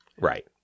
right